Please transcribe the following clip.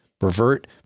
revert